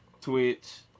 Twitch